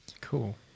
Cool